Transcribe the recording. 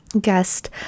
guest